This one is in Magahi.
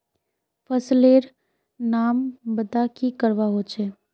फसल लेर नाम बता की करवा होचे?